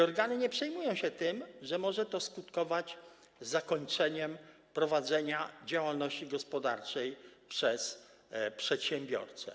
Organy nie przejmują się tym, że może to skutkować zakończeniem prowadzenia działalności gospodarczej przez przedsiębiorcę.